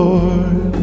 Lord